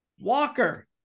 Walker